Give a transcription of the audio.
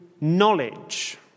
knowledge